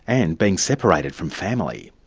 and being separated from family.